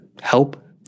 help